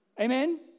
Amen